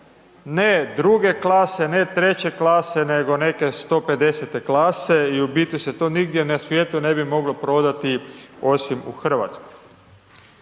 ne druge klase, ne treće klase, nego neke 150-te klase i u biti se to nigdje na svijetu ne bi moglo prodati, osim u RH.